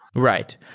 right.